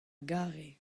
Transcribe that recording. gare